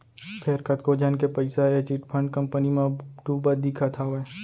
फेर कतको झन के पइसा ह ए चिटफंड कंपनी म डुबत दिखत हावय